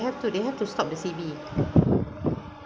have they have to stop the C_B